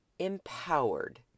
empowered